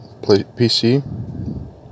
PC